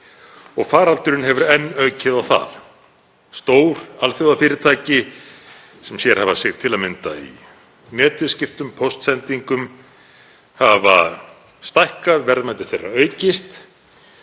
og faraldurinn hefur enn aukið á það. Stór alþjóðafyrirtæki sem sérhæfa sig til að mynda í netviðskiptum og póstsendingum hafa stækkað, verðmæti þeirra aukist,